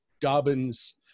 Dobbins